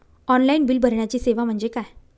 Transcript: Online bill भरण्याची सेवा म्हणजे काय?